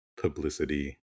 publicity